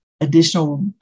additional